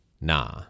nah